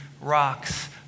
rocks